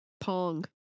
Pong